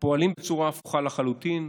שפועלים בצורה הפוכה לחלוטין,